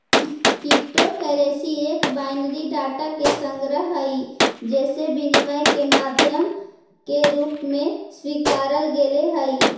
crypto currency एक binary data के संग्रह हइ जेसे विनिमय के माध्यम के रूप में स्वीकारल गेले हइ